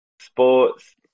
Sports